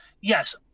yes